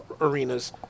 arenas